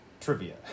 trivia